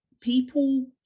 people